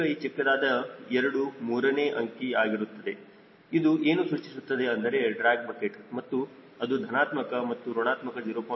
ಈಗ ಈ ಚಿಕ್ಕದಾದ 2 ಮೂರನೇ ಅಂಕಿ ಆಗಿರುತ್ತದೆ ಇದು ಏನು ಸೂಚಿಸುತ್ತದೆ ಅಂದರೆ ಡ್ರ್ಯಾಗ್ ಬಕೆಟ್ ಮತ್ತು ಅದು ಧನಾತ್ಮಕ ಮತ್ತು ಋಣಾತ್ಮಕ 0